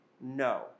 No